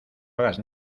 hagas